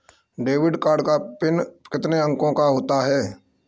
Debit card का PIN कितने अंकों का होता है?